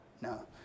no